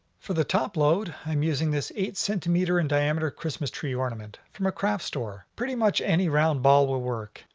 for the topload, i'm using this eight centimeter in diameter christmas tree ornament from a craft store. pretty much any round ball will work.